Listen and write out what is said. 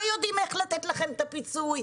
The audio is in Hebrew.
לא יודעים איך לתת לכם את הפיצוי,